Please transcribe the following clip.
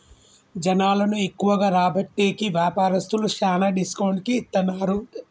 జనాలను ఎక్కువగా రాబట్టేకి వ్యాపారస్తులు శ్యానా డిస్కౌంట్ కి ఇత్తన్నారు